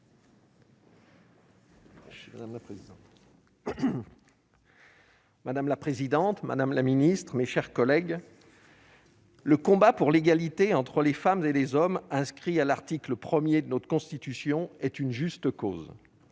Madame la présidente, madame la secrétaire d'État, mes chers collègues, le combat pour l'égalité entre les femmes et les hommes, inscrit à l'article 1 de notre Constitution, est une juste cause.